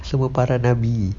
semua para nabi